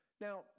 now